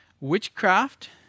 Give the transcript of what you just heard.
witchcraft